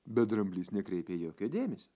bet dramblys nekreipia jokio dėmesio